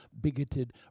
bigoted